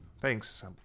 Thanks